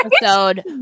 episode